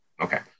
Okay